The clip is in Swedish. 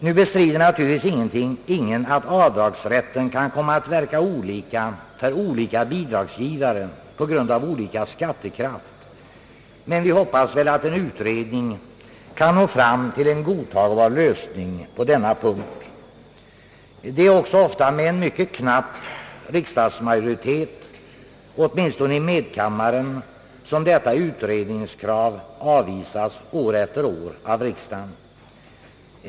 Nu bestrider naturligtvis ingen att avdragsrätten kan komma att verka olika för olika bidragsgivare på grund av olika skattekraft, men vi hoppas att en utredning kan nå fram till en godtagbar lösning på denna punkt. Det har också ofta varit med mycket knapp majoritet, åtminstone i medkammaren, som detta utredningskrav år efter år avvisats av riksdagen.